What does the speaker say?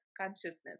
consciousness